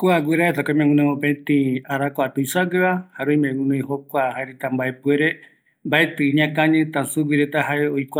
Kua guiraretako guinoï arakua tuisague, jare guinoï mbaepuere, mbatɨta